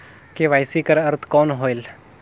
KYC कर अर्थ कौन होएल?